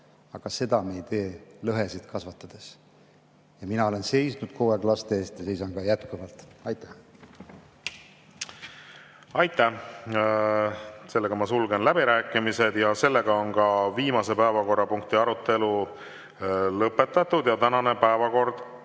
Aga seda me ei suuda lõhesid kasvatades. Ja mina olen seisnud kogu aeg laste eest ja seisan ka jätkuvalt. Aitäh! Aitäh! Sulgen läbirääkimised. Sellega on ka viimase päevakorrapunkti arutelu lõpetatud ja tänane päevakord